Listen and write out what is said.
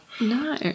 No